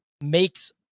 makes